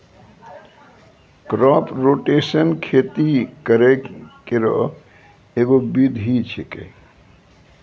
crop rotation खेती करै केरो एगो विधि छिकै